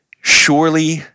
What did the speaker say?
Surely